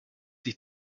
sich